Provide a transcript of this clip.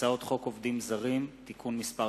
הצעת חוק עובדים זרים (תיקון מס'